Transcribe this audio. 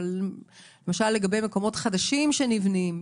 למשל לגבי מקומות חדשים שנבנים,